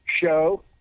show